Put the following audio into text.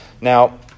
Now